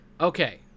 Okay